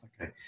Okay